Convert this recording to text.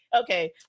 okay